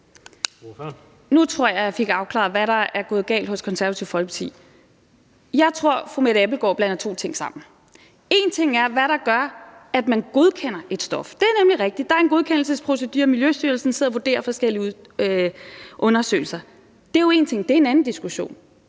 Nu tror jeg, at jeg fik afklaret, hvad der er gået galt hos Konservative Folkeparti. Jeg tror, at fru Mette Abildgaard blander to ting sammen. En ting er, hvad der gør, at man godkender et stof. Det er nemlig rigtigt, at der er en godkendelsesprocedure. Miljøstyrelsen sidder og vurderer forskellige undersøgelser. Det er én ting, og det er jo en anden diskussion.